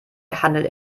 handelt